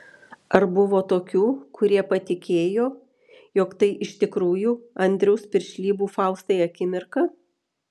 ar buvo tokių kurie patikėjo jog tai iš tikrųjų andriaus piršlybų faustai akimirka